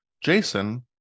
Jason